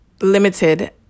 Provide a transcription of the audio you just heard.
limited